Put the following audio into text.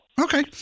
Okay